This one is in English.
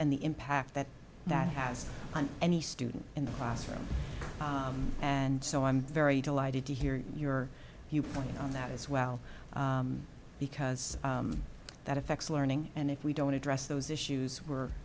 and the impact that that has on any student in the classroom and so i'm very delighted to hear your viewpoint on that as well because that affects learning and if we don't address those issues we're